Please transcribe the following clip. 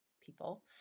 people